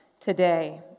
today